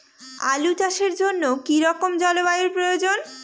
আলু চাষের জন্য কি রকম জলবায়ুর প্রয়োজন?